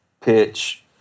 pitch